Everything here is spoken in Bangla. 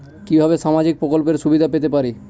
কিভাবে সামাজিক প্রকল্পের সুবিধা পেতে পারি?